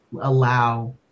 allow